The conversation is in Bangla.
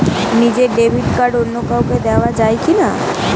নিজের ডেবিট কার্ড অন্য কাউকে দেওয়া যায় কি না?